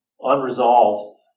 Unresolved